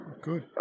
Good